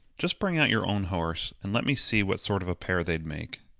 just bring out your own horse, and let me see what sort of a pair they'd make.